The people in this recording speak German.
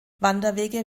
wanderwege